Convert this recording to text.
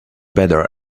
better